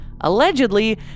allegedly